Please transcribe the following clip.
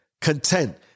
content